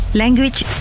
language